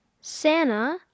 Santa